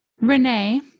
Renee